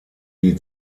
die